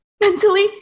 mentally